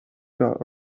bar